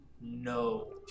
no